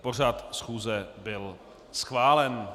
Pořad schůze byl schválen.